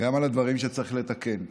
גם על הדברים שצריך לתקן.